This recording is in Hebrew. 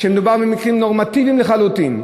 כשמדובר במקרים נורמטיביים לחלוטין,